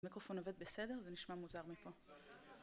המיקרופון עובד בסדר? זה נשמע מוזר מפה